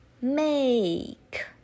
make